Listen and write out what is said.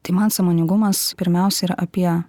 tai man sąmoningumas pirmiausia yra apie